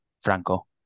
Franco